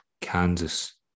Kansas